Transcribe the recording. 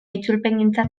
itzulpengintza